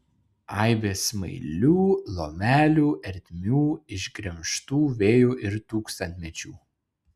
aibė smailių lomelių ertmių išgremžtų vėjo ir tūkstantmečių